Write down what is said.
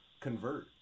convert